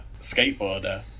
skateboarder